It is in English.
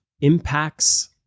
impacts